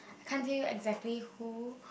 can't tell you exactly who